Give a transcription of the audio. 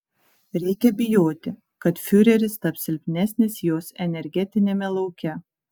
reikia bijoti kad fiureris taps silpnesnis jos energetiniame lauke